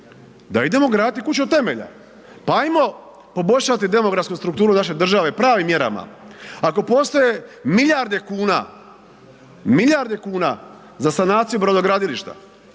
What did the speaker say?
da idemo graditi kuću od temelja, pa ajmo poboljšati demografsku strukturu naše države pravim mjerama, ako postoje milijarde kuna, milijarde kuna za sanaciju brodogradilišta,